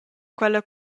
quella